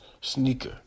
sneaker